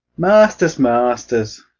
masters, masters!